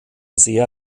sehr